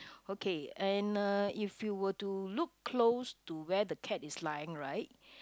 okay and uh if you were to look close to where the cat is lying right